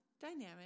dynamic